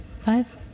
Five